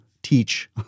teach